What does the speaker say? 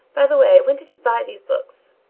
by-the-way, when did he buy these books?